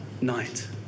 night